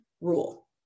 rule